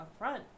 upfront